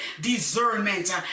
discernment